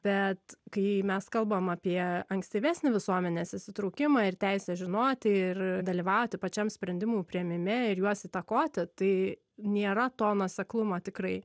bet kai mes kalbam apie ankstyvesnį visuomenės įsitraukimą ir teisę žinoti ir dalyvauti pačiam sprendimų priėmime ir juos įtakoti tai nėra to nuoseklumo tikrai